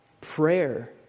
Prayer